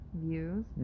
views